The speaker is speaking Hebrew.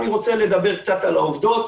אני רוצה לדבר קצת על העובדות,